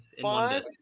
Five